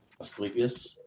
Asclepius